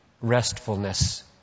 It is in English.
restfulness